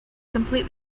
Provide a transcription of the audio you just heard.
complete